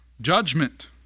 judgment